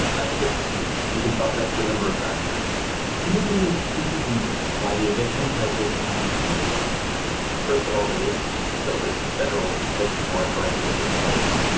i think it's it's you can chalk it up to a number of factors peter, give me three reasons why the eviction crisis hasn't landed yet first of all, there is still this federal eviction moratorium that's in place.